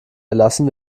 erlassen